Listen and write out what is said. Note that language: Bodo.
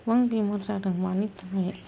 एसेबां बेमार जादों मानि थाखाय